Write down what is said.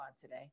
today